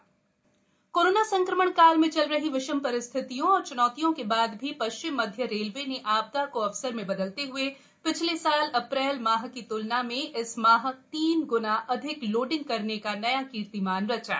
railway उ लब्धि corona संक्रमण काल मे चल रही विषम रिस्थितियों और च्नौतियों के बाद भी श्चिम मध्य रेलवे ने आ दा को अवसर में बदलते हए छले वर्ष अप्रैल माह की त्लना में इस माह तीन ग्ना अधिक लोडिंग करने का नया कीर्तिमान रचा है